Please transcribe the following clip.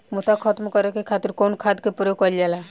मोथा खत्म करे खातीर कउन खाद के प्रयोग कइल जाला?